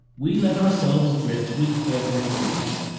we let ourselves drift with every breeze.